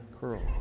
Curl